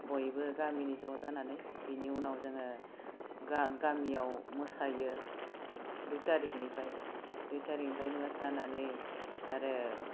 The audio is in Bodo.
बयबो गामिनि ज' जानानै बिनि उनाव जोङो गा गामिआव मोसायो एक दुय थारिखनिफाइ दुय थारिखनिफाय मोसानानै आरो